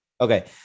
Okay